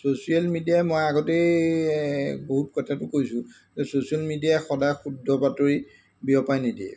social মিডিয়াই মই আগতেই বহুত কথাটো কৈছোঁ যে ছ'চিয়েল মিডিয়াই সদায় শুদ্ধ বাতৰি বিয়পাই নিদিয়ে